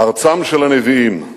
"ארצם של הנביאים,